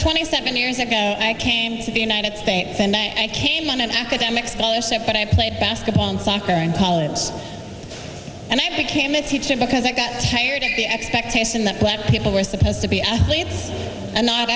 twenty seven years ago i came to the united states and i came on an academic scholarship but i played basketball and soccer and politics and i became a teacher because i got tired of the expectation that black people were supposed to be athletes